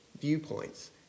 viewpoints